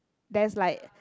there's like